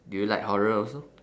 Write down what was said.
do you like horror also